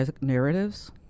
narratives